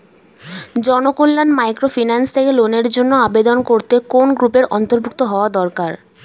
Janakalyan microfinance থেকে লোনের জন্য আবেদন করতে কোন গ্রুপের অন্তর্ভুক্ত হওয়া দরকার?